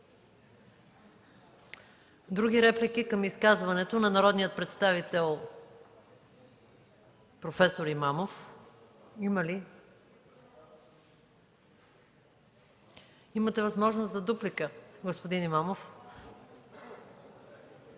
други реплики към изказването на народния представител господин Имамов? Имате възможност за дуплика, господин Имамов.